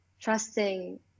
trusting